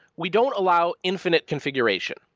we don't allow infinite configuration.